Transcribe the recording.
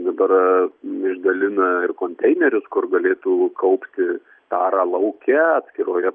dabar išdalina ir konteinerius kur galėtų kaupti tarą lauke atskiroje